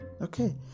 Okay